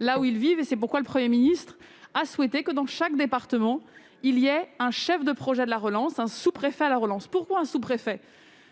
là où ils vivent. C'est pourquoi le Premier ministre a souhaité que chaque département dispose d'un « chef de projet » dans ce domaine, un sous-préfet à la relance. Pourquoi un sous-préfet ?